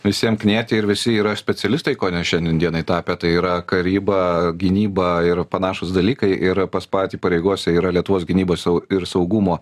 visiem knieti ir visi yra specialistai kone šiandien dienai tapę tai yra karyba gynyba ir panašūs dalykai ir pas patį pareigose yra lietuvos gynybos sau ir saugumo